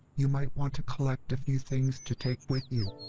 you might want to collect a few things to take with you.